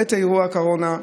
בעת אירוע הקורונה,